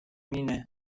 اینه